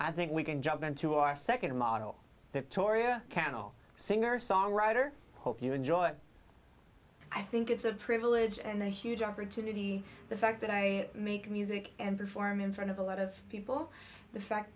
i think we can jump into our nd model toria cannell singer songwriter hope you enjoy it i think it's a privilege and a huge opportunity the fact that i make music and perform in front of a lot of people the fact